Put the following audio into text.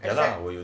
ya lah